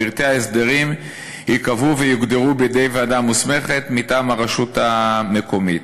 פרטי ההסדרים ייקבעו ויוגדרו בידי ועדה מוסמכת מטעם הרשות המקומית".